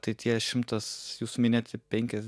tai tie šimtas jūsų minėti penkias